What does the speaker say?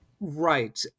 Right